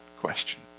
question